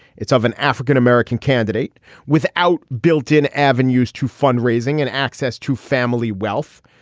it's of an african-american candidate without built in avenues to fundraising and access to family wealth.